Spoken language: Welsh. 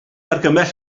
argymell